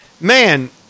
man